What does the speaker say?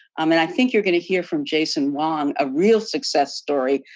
um and i think you're going to hear from jason wong a real success story,